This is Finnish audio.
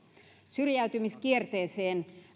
syrjäytymiskierteeseen